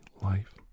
life